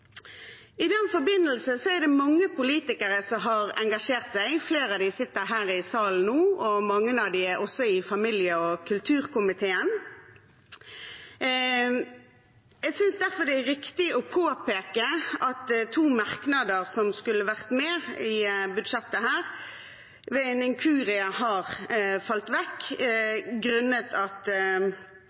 I den forbindelse er det mange politikere som har engasjert seg. Flere av dem sitter her i salen nå, og mange av dem er også i familie- og kulturkomiteen. Jeg synes derfor det er riktig å påpeke at to merknader som skulle vært med i budsjettet her, ved en inkurie har falt vekk, på grunn av at